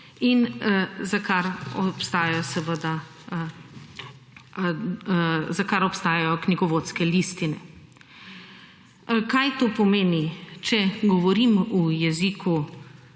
in za kar obstajajo seveda knjigovodske listine. Kaj to pomeni? Če govorim v jeziku